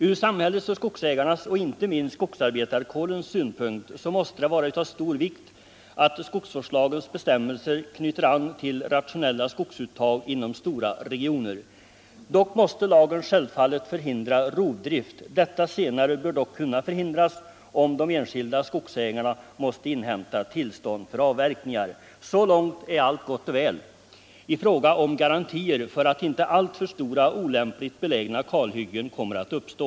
Från samhällets, skogsägarnas och inte minst skogsarbetarkårens synpunkt måste det vara av stor vikt, att skogsvårdslagens bestämmelser anknyter till rationella skogsuttag inom stora regioner. Dock måste lagen självfallet förhindra rovdrift. Detta senare bör dock kunna förhindras, om de enskilda skogsägarna måste inhämta tillstånd för avverkningar. Så långt är allt gott och väl i fråga om garantier för att inte alltför stora och olämpligt belägna kalhyggen kommer att uppstå.